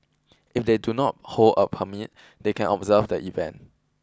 if they do not hold a permit they can observe the event